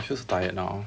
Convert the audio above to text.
feels so tired now